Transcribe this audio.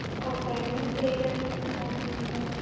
okay అండి మరి stay చేయటానికి ఎక్కడ బాగుంటుందంటారు